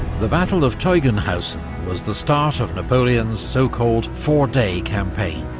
the battle of teugn-hausen was the start of napoleon's so-called four-day campaign.